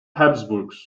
habsburgs